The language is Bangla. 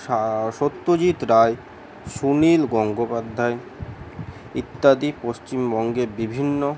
সত্যজিৎ রায় সুনীল গঙ্গোপাধ্যায় ইত্যাদি পশ্চিমবঙ্গে বিভিন্ন